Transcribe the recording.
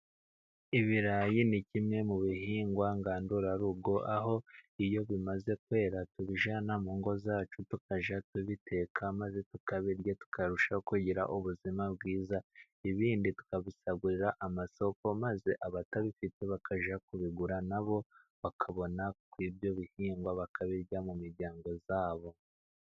Ibirayi ni kimwe mu bihingwa ngandurarugo, aho iyo bimaze kwera tubijyana mu ngo zacu tukajya tubiteka, maze tukabirya tukarushaho kugira ubuzima bwiza. Ibindi tukabisagurira amasoko maze abatabifite bakajya kubigura na bo bakabona kuri ibyo bihingwa bakabirya mu miryango yabo.